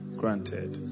granted